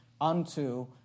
unto